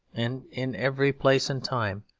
and in every place and time,